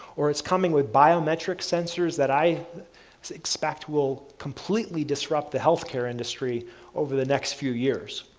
or it's coming with biometrics sensors that i expect will completely disrupt the health care industry over the next few years.